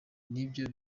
nibyo